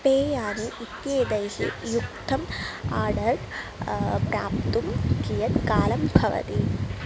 पेयानि इत्येतैः युक्तम् आर्डर् प्राप्तुं कियत् कालं भवति